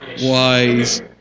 wise